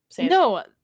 no